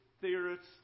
theorists